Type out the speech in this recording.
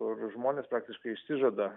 kur žmonės praktiškai išsižada